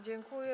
Dziękuję.